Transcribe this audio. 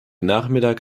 nachmittag